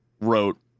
wrote